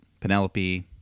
Penelope